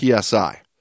PSI